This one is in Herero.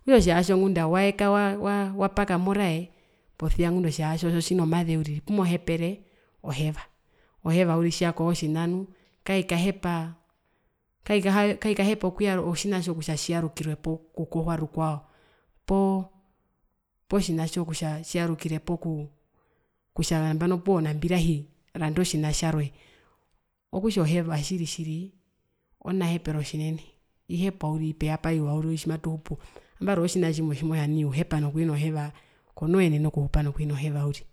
okutja otjiyahatjo ngunda waeka wapaka morae posia ngunda otjiyahatjo tjino maze uriri opumohepere oheva, oheva uriri tjiyakoho otjina nu kaikahepa, kaikahepa kaikahepa otjinatjo kutja tjiyarukirwepo kukohwa rukwao poo tjihaho kutja nambano puwo nambirahi randa otjina tjarwe okutj oheva tjiri tjiri onahepero tjinene ihepwa uriri pevapa yuva tjimatuhupu komoenene kuhupa nokuhina heva uriri.